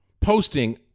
posting